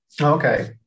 Okay